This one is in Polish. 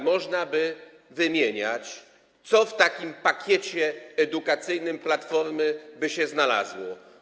Można by wymieniać, co w takim pakiecie edukacyjnym Platformy by się znalazło.